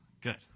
Good